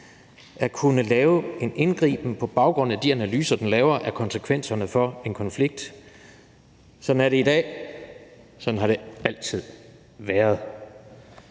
at kunne lave en indgriben på baggrund af de analyser, den laver af konsekvenserne af en konflikt. Sådan er det i dag, sådan har det altid været,